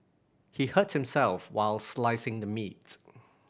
he hurt himself while slicing the meat